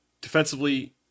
defensively